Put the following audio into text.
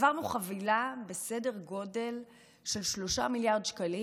העברנו חבילה בסדר גודל של 3 מיליארד שקלים,